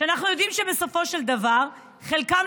ואנחנו יודעים שבסופו של דבר חלקם,